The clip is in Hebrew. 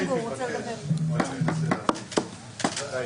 מי נמנע?